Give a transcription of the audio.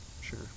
Sure